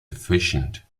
efficient